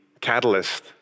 catalyst